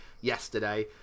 yesterday